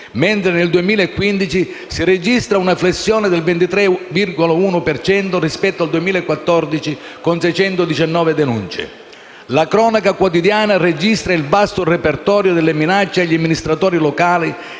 mentre nel 2015 si registra una flessione del 23,1 per cento rispetto al 2014 (619 denunce). La cronaca quotidiana registra il vasto repertorio delle minacce agli amministratori locali,